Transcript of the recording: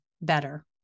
better